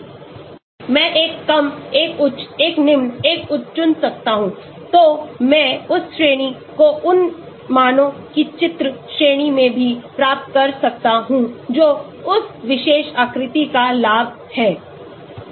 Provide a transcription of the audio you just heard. मैं एक कम एक उच्च एक निम्न एक उच्च चुन सकता हूं तो मैं उस श्रेणी को उन मानों की चित्र श्रेणी में भी प्राप्त कर सकता हूं जो उस विशेष आकृति का लाभ है